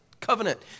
covenant